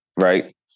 right